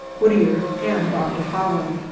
whittier, and dr. holland.